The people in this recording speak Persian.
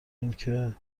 اینکه